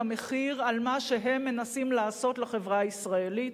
המחיר על מה שהם מנסים לעשות לחברה הישראלית.